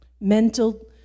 Mental